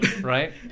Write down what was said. Right